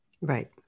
Right